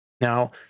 Now